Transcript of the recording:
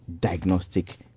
diagnostic